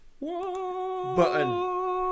button